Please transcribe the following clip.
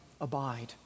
abide